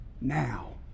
now